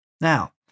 Now